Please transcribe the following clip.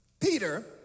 Peter